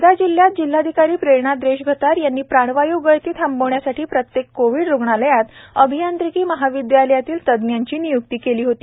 वर्धा जिल्ह्यात जिल्हाधिकारी प्रेरणा देशभ्रतार यांनीप्राणवायू गळती थांबविण्यासाठी प्रत्येक कोविड रुग्णालयात अभियांत्रिकी महाविद्यालयातील तज्ञांची निय्क्ती केली होती